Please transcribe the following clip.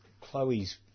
Chloe's